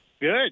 Good